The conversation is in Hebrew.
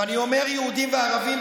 ואני אומר "יהודים וערבים",